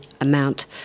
amount